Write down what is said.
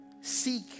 Seek